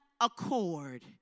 accord